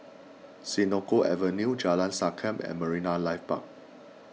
Senoko Avenue Jalan Sankam and Marine Life Park